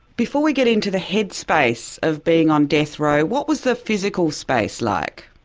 before we get into the head space of being on death row, what was the physical space like?